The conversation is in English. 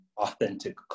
authentic